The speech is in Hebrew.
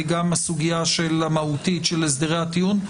גם הסוגיה המהותית של הסדרי הטיעון,